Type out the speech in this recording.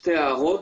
שתי הערות.